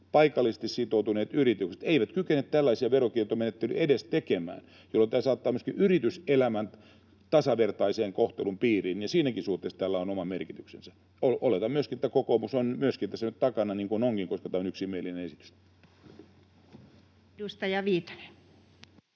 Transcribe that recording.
paikallisesti sitoutuneet yritykset, eivät kykene tällaisia veronkiertomenettelyjä edes tekemään, jolloin tämä saattaa myöskin yrityselämän tasavertaisen kohtelun piiriin, ja siinäkin suhteessa tällä on oma merkityksensä. Oletan myöskin, että myöskin kokoomus on tässä nyt takana, niin kuin onkin, koska tämä on yksimielinen esitys. [Speech